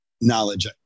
knowledge